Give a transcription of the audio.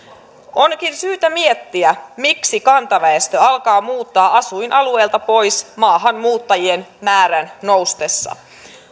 onkin syytä miettiä miksi kantaväestö alkaa muuttaa asuinalueilta pois maahanmuuttajien määrän noustessa